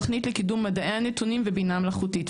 תוכנית לקידום מדעי הנתונים ובינה מלאכותית.